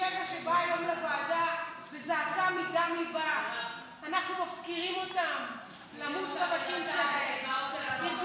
ניסיתי לרצוח אותה, פעם שנייה ניסיתי